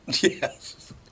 Yes